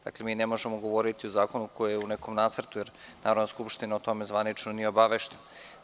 Dakle, mi ne možemo govoriti o zakonu koji je u nekom nacrtu jer Narodna skupština o tome zvanično nije obaveštena.